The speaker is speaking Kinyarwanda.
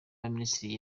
y’abaminisitiri